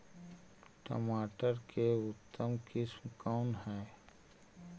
टमाटर के उतम किस्म कौन है?